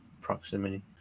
proximity